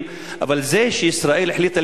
למעט הלימודים האקדמיים שכולנו שמענו עליהם?